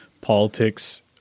politics